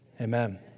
Amen